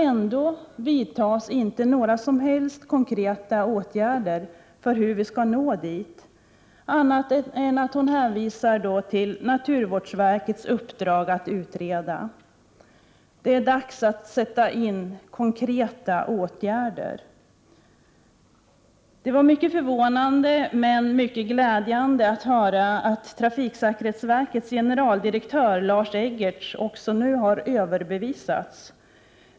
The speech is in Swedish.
Ändå vidtas inte några som helst konkreta åtgärder för att nå dit; hon hänvisar återigen till naturvårdsverkets uppdrag att utreda. Det är dags att nu sätta in konkreta åtgärder! Det var mycket förvånande men mycket glädjande att höra att trafiksäkerhetsverkets generaldirektör Lars Eggertz också har överbevisats.